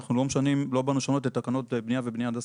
אנחנו לא באנו לשנות את תקנות בניה ובניה הנדסית,